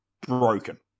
broken